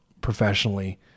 professionally